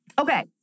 Okay